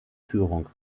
führung